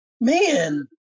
man